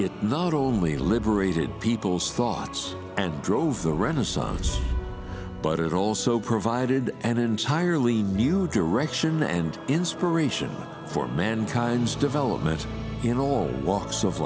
it not only liberated people's thoughts and drove the renaissance but it also provided an entirely new direction and inspiration for mankind's development in all walks of